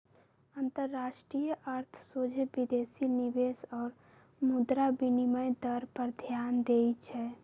अंतरराष्ट्रीय अर्थ सोझे विदेशी निवेश आऽ मुद्रा विनिमय दर पर ध्यान देइ छै